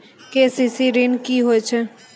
KCC ॠन की होय छै?